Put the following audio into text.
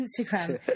Instagram